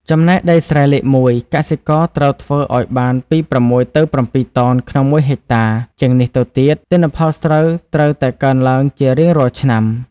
ចំណែកដីស្រែលេខមួយ កសិករត្រូវធ្វើឱ្យ បានពី៦ទៅ៧តោនក្នុងមួយហិកតា ជាងនេះទៅទៀត ទិន្នផលស្រូវត្រូវតែកើនឡើងជារៀងរាល់ឆ្នាំ ។